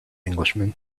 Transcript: englishman